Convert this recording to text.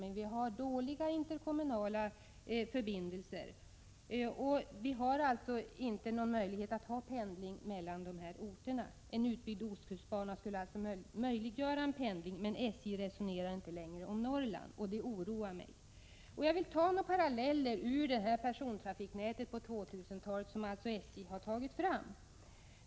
Vi har emellertid dåliga interkommunala förbindelser, och vi har inte någon möjlighet till pendling mellan dessa orter. En utbyggd ostkustbana skulle möjliggöra en pendling. Men SJ resonerar inte längre om Norrland, och det oroar mig. Jag vill dra några paralleller ur de planer för persontrafiknätet på 2000-talet som SJ tagit fram.